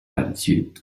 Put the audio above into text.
attitude